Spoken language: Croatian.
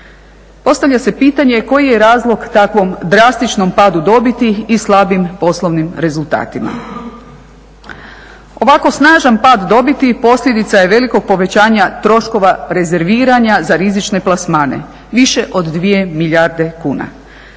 Postavlja se pitanje koji je razlog takvom drastičnom dobiti i slabim poslovnim rezultatima. Ovako snažan pad dobiti posljedica je velikog povećanja troškova … za rizične plasmane, više od 2 milijarde kuna.